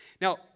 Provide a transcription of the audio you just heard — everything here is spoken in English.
Now